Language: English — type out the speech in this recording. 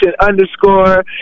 underscore